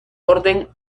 orden